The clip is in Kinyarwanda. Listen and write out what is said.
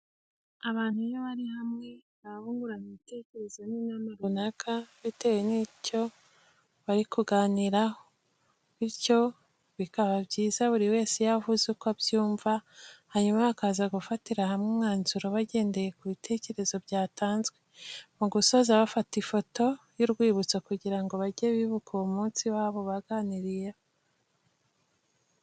Abantu iyo bari hamwe baba bungurana ibitekerezo n'inama runaka bitewe n'icyo bari kuganira ho bityo bikaba byiza buri wese iyo avuze uko abyumva hanyuma bakaza gufatira hamwe umwanzuro bagendeye ku bitekerezo byatanzwe, mu gusoza bafata ifoto y'urwibutso kugira ngo bajye bibuka uwo munsi wabo baganiririyeho.